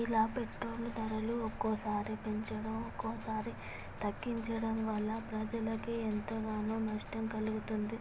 ఇలా పెట్రోలు ధరలు ఒక్కోసారి పెంచడం ఒక్కోసారి తగ్గించడం వల్ల ప్రజలకి ఎంతగానో నష్టం కలుగుతుంది